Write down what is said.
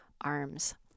arms